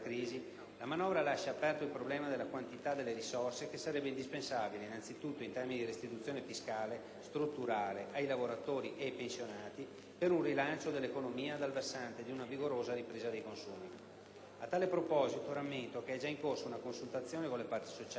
la manovra lascia aperto il problema della quantità delle risorse che sarebbero indispensabili, innanzi tutto in termini di restituzione fiscale strutturale ai lavoratori ed ai pensionati, per un rilancio dell'economia sul versante di una vigorosa ripresa dei consumi. A tale proposito rammento che è già in corso una consultazione con le parti sociali